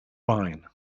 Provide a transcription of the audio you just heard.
mine